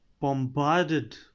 bombarded